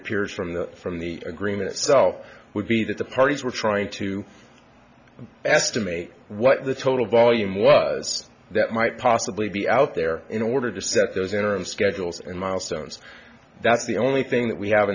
appears from the from the agreement itself would be that the parties were trying to estimate what the total volume was that might possibly be out there in order to set those interim schedules and milestones that's the only thing that we have